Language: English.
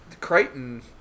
Crichton